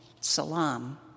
salam